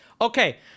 okay